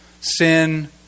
sin